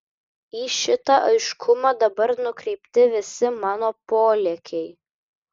į šitą aiškumą dabar nukreipti visi mano polėkiai